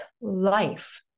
life